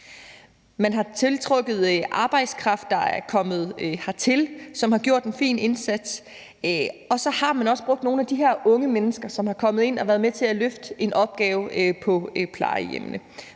Man har tiltrukket arbejdskraft, der er kommet hertil, og som har gjort en fin indsats, og så har man også brugt nogle af de her unge mennesker, som er kommet ind og har været med til at løfte en opgave på plejehjemmene.